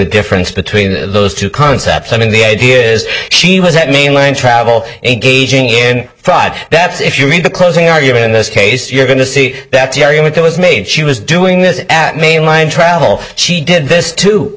difference between those two concepts i mean the idea is she was that mainland travel a gauging in thought that's if you mean the closing argument in this case you're going to see that the argument that was made she was doing this at mainline travel she did this to